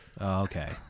okay